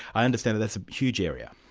i understand that's a huge area?